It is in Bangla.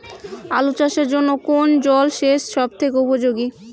আলু চাষের জন্য কোন জল সেচ সব থেকে উপযোগী?